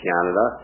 Canada